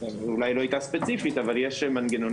אלי לא איתה ספציפית אבל יש מנגנונים,